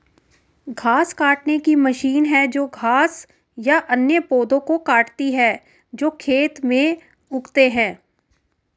घास काटने की मशीन है जो घास या अन्य पौधों को काटती है जो खेत में उगते हैं